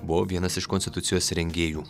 buvo vienas iš konstitucijos rengėjų